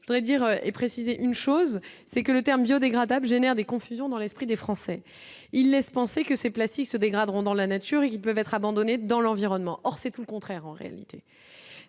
je voudrais dire, et préciser une chose, c'est que le terme biodégradable génère des confusions dans l'esprit des Français, il laisse penser que ces places, il se dégraderont dans la nature, ils peuvent être abandonnés dans l'environnement, or c'est tout le contraire, en réalité,